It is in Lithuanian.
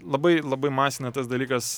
labai labai masina tas dalykas